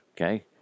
okay